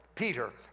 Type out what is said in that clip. Peter